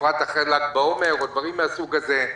בפרט אחרי ל"ג בעומר או דברים מן הסוג הזה.